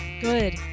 Good